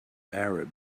arab